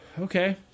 Okay